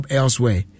elsewhere